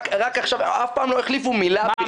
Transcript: אף פעם לא החליפו ביניהם מילה.